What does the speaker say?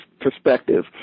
perspective